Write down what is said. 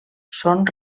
són